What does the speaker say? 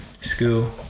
school